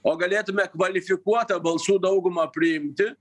o galėtume kvalifikuotą balsų daugumą priimti